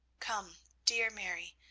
come, dear mary,